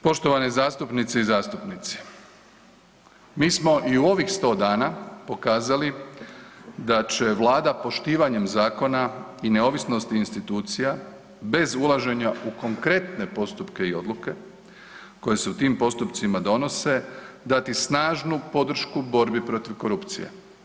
Poštovane zastupnice i zastupnici, mi smo i u ovih 100 dana pokazali da će Vlada poštivanjem zakona i neovisnosti institucija, bez ulaženja u konkretne postupke i odluke koje se u tim postupcima donose dati snažnu podršku borbi protiv korupcije.